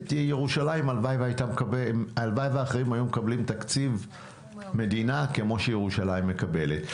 ירושלים הלוואי ואחרים היו מקבלים תקציב מדינה כמו שירושלים מקבלת,